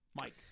Mike